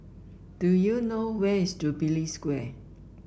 do you know where is Jubilee Square